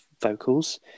vocals